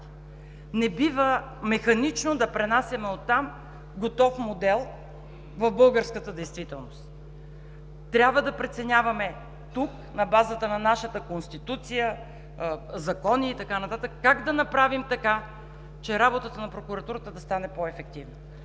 не бива механично да пренасяме готов модел от там в българската действителност, а трябва да преценяваме на базата на нашата Конституция, закони и така нататък как да направим така, че работата на Прокуратурата да стане по-ефективна.